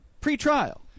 Pre-trial